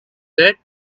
debt